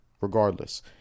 regardless